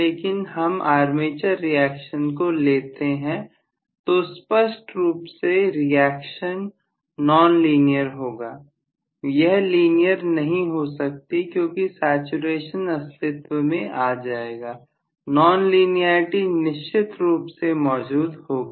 यदि हम armature reaction को लेते हैं हैं तो स्पष्ट रूप से रिएक्शन नॉन लीनियर होगी यह लीनियर नहीं हो सकती क्योंकि सैचुरेशन अस्तित्व में आ जाएगा नॉन लिनियेरिटी निश्चित रूप से मौजूद होगी